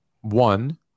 one